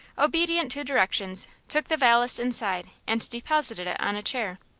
obedient to directions, took the valise inside and deposited it on a chair.